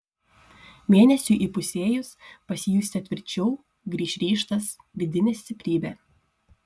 mėnesiui įpusėjus pasijusite tvirčiau grįš ryžtas vidinė stiprybė